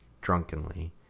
drunkenly